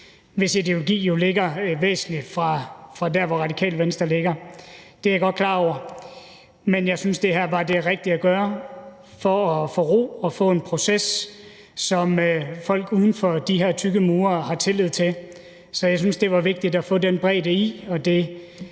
hvis ideologi jo ligger et væsentligt stykke fra, hvor Radikale Venstre ligger. Det er jeg godt klar over. Men jeg synes, at det her var det rigtige at gøre for at få ro og få en proces, som folk uden for de her tykke mure har tillid til. Så jeg synes, det var vigtigt at få den bredde i